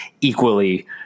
equally